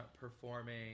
performing